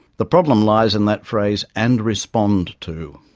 the problem lies in that phrase and respond to.